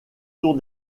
tour